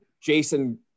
Jason